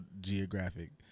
geographic